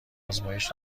آزمایش